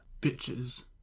Bitches